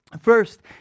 First